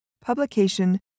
publication